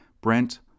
Brent